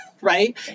Right